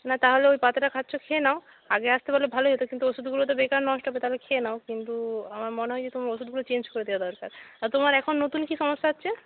না তাহলে ওই পাতাটা খাচ্ছো খেয়ে নাও আগে আসতে পারলে ভালোই হতো কিন্তু ওষুধগুলো তো বেকার নষ্ট হবে তবে খেয়ে নাও কিন্তু আমার মনে হয় যে তুমি ওষুধগুলো চেঞ্জ করে দেওয়া দরকার আর তোমার এখন নতুন কী সমস্যা হচ্ছে